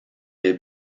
des